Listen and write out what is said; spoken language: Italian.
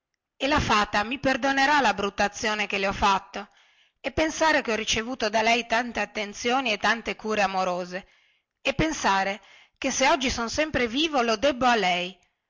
e la fata mi perdonerà la brutta azione che le ho fatto e pensare che ho ricevuto da lei tante attenzioni e tante cure amorose e pensare che se oggi son sempre vivo lo debbo a lei